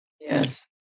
Yes